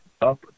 up